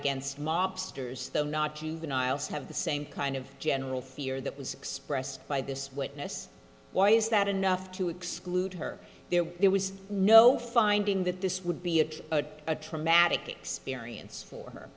against mobsters though not juveniles have the same kind of general fear that was expressed by this witness why is that enough to exclude her there there was no finding that this would be a bit of a traumatic experience for her